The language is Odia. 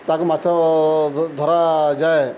ତାକୁ ମାଛ ଧରାଯାଏ